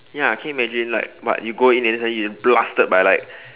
ya can you imagine like what you go in and then suddenly you just blasted by like